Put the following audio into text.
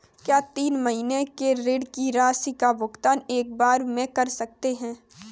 क्या तीन महीने के ऋण की राशि का भुगतान एक बार में कर सकते हैं?